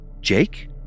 Jake